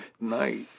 night